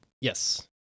Yes